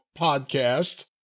podcast